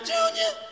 Junior